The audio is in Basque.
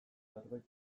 zerbait